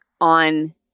on